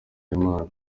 w’imana